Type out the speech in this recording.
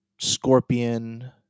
Scorpion